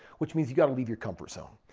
which means you got to leave your comfort zone.